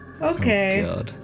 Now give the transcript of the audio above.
Okay